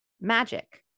magic